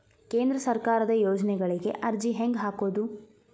ಕೇಂದ್ರ ಸರ್ಕಾರದ ಯೋಜನೆಗಳಿಗೆ ಅರ್ಜಿ ಹೆಂಗೆ ಹಾಕೋದು?